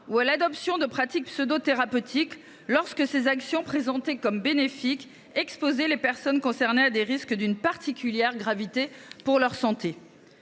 ou à l’adoption de pratiques pseudo thérapeutiques, lorsque ces actions, présentées comme bénéfiques, exposaient les personnes concernées à des risques d’une particulière gravité pour leur santé.